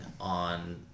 on